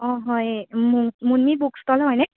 অঁ হয় মু মুনমী বুক ষ্টল হয়নে